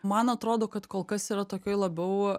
man atrodo kad kol kas yra tokioj labiau